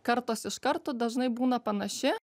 kartos iš karto dažnai būna panaši